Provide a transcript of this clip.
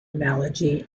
analogy